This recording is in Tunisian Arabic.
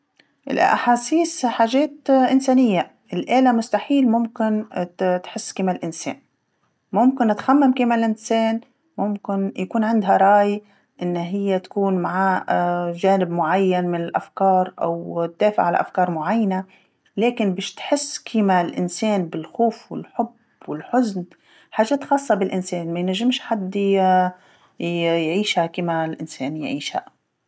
الأحاسيس حاجات إنسانيه، الآله مستحيل ممكن ات- تحس كيما الإنسان، ممكن تخمم كيما الإنسان، ممكن يكون عندها راي، أنها هي تكون مع جانب معين من الأفكار أو تدافع على أفكار معينه، لكن باش تحس كيما الإنسان بالخوف والحب والحزن حاجات خاصه بالإنسان ماينجمش حد ي- ي- يعيشها كيما الإنسان يعيشها.